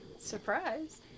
Surprise